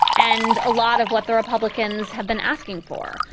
and a lot of what the republicans have been asking for.